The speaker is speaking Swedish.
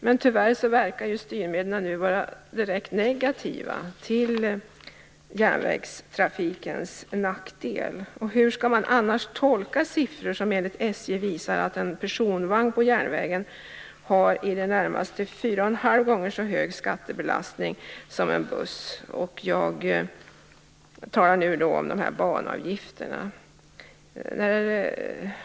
Men tyvärr verkar styrmedlen nu vara direkt negativa - till järnvägstrafikens nackdel. Hur skall man annars tolka siffror som enligt SJ visar att en personvagn på järnvägen har i det närmaste fyra och en halv gånger så hög skattebelastning som en buss? Jag talar nu om banavgifterna.